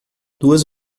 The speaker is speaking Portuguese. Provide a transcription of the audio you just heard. duas